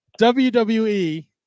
WWE